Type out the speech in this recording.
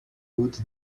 put